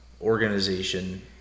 organization